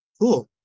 Cool